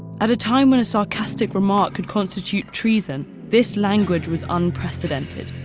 at a time when a sarcastic remark could constitute treason, this language was unprecedented.